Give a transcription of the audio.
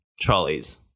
trolleys